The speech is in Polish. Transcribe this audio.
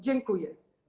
Dziękuję.